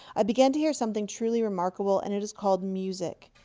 i began to hear something truly remarkable, and it is called music.